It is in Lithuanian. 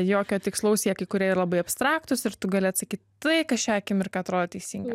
jokio tikslaus jie kai kurie yra labai abstraktus ir tu gali atsakyt tai kas šią akimirką atrodo teisinga